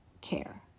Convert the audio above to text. care